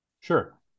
Sure